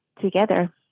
together